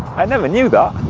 i never knew that.